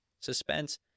suspense